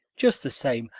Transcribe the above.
just the same,